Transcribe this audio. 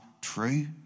true